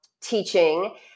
teaching